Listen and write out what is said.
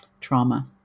trauma